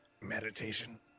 Meditation